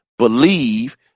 Believe